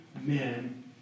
men